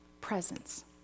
presence